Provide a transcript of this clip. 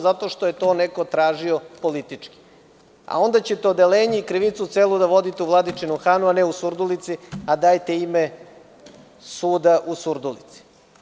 Zato što je to neko tražio politički, a onda ćete krivicu da vodite u Vladičinom Hanu, a ne u Surdulici, a dajete ime suda u Surdulici.